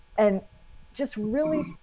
and just really.